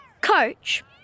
Coach